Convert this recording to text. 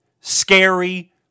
scary